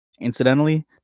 Incidentally